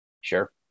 Sure